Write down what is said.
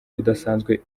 udasanzwe